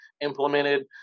implemented